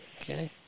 Okay